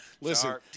Listen